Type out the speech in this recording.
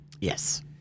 Yes